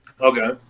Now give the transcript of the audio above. Okay